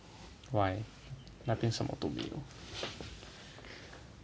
why 那边什么都有